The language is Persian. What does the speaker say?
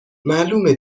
معلومه